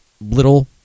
little